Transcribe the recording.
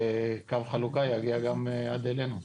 שקו החלוקה יגיע גם עד אלינו.